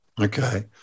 Okay